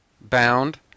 Bound